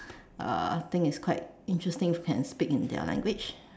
uh I think it's quite interesting if you can speak in their language